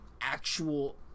actual